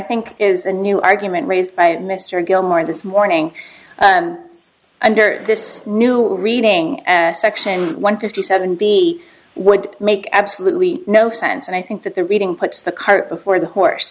think is a new argument raised by mr gilmore and this morning under this new reading section one fifty seven b would make absolutely no sense and i think that the reading puts the cart before the horse